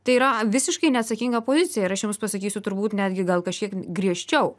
tai yra visiškai neatsakinga pozicija ir aš jums pasakysiu turbūt netgi gal kažkiek griežčiau